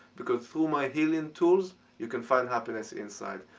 because through my healing tools you can find happiness inside.